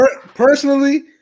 personally